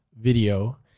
video